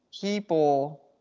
people